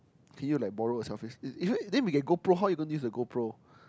can you like borrow a selfie stick then we can GoPro how you gonna use a GoPro